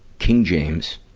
king james